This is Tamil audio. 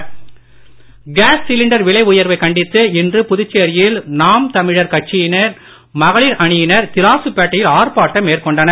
புதுச்சேரி நாம் தமிழர் கேஸ் சிலிண்டர் விலை உயர்வை கண்டித்து இன்று புதுச்சேரியில் நாம் தமிழர் கட்சியின் மகளிர் அணியினர் திலாசுப்பேட்டையில் ஆர்ப்பாட்டம் மேற்கொண்டனர்